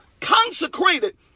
consecrated